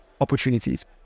opportunities